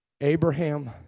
Abraham